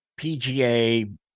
PGA